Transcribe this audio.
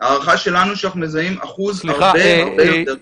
הערכה שלנו היא שאנחנו מזהים אחוז הרבה הרבה יותר נמוך.